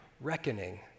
reckoning